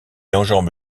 enjambe